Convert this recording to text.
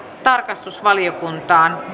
tarkastusvaliokuntaan